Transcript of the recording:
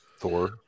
Thor